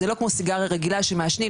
זה לא כמו סיגריה רגילה שמעשנים,